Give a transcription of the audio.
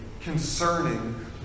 concerning